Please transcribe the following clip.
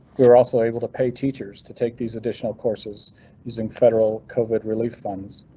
we were also able to pay teachers to take these additional courses using federal covid relief funds.